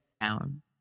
down